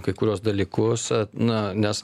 kai kuriuos dalykus na nes